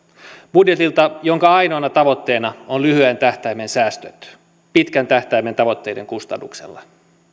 budjetilta jonka ainoana tavoitteena on lyhyen tähtäimen säästöt pitkän tähtäimen tavoitteiden kustannuksella